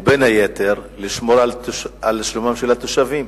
תפקידם לשמור על שלומם של התושבים.